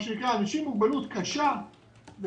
מה שנקרא אנשים עם מוגבלות קשה ומשמעותית,